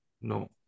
no